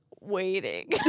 waiting